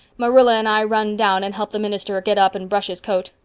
marilla and i run down and helped the minister get up and brush his coat.